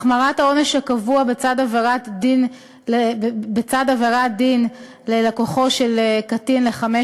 החמרת העונש הקבוע בצד עבירת דין ללקוחו של קטין לחמש